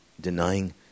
denying